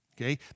Okay